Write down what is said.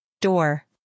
door